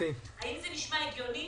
האם זה נשמע הגיוני?